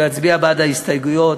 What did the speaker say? להצביע בעד ההסתייגויות,